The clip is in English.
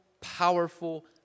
powerful